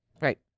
right